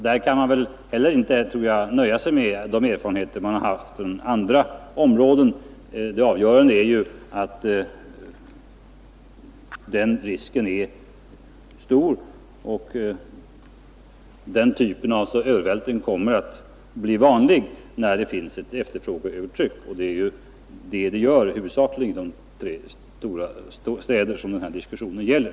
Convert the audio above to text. Där kan man inte heller, tror jag, nöja sig med de erfarenheter man har haft från andra områden; det avgörande är att risken är stor och att den typen av övervältring alltså kommer att bli vanlig när det finns ett efterfrågeövertryck — och det gör det ju huvudsakligen i de tre stora städer som den här diskussionen gäller.